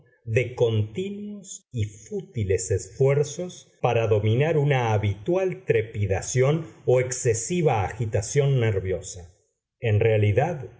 de continuos y fútiles esfuerzos para dominar una habitual trepidación o excesiva agitación nerviosa en realidad